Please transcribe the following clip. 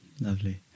lovely